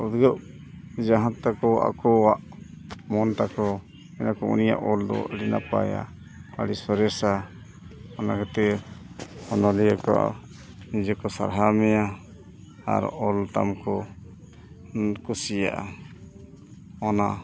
ᱩᱫᱽᱜᱟᱹᱜ ᱡᱟᱦᱟᱸ ᱛᱟᱠᱚ ᱟᱠᱚᱣᱟᱜ ᱢᱚᱱ ᱛᱟᱠᱚ ᱩᱱᱤᱭᱟᱜ ᱚᱞ ᱫᱚ ᱟᱹᱰᱤ ᱱᱟᱯᱟᱭᱟ ᱟᱹᱰᱤ ᱥᱚᱨᱮᱥᱟ ᱚᱱᱟ ᱠᱷᱟᱹᱛᱤᱨ ᱚᱱᱚᱞᱤᱭᱟᱹ ᱠᱚ ᱡᱮᱠᱚ ᱥᱟᱨᱦᱟᱣ ᱢᱮᱭᱟ ᱟᱨ ᱚᱞ ᱛᱟᱢ ᱠᱚ ᱠᱩᱥᱤᱭᱟᱜᱼᱟ ᱚᱱᱟ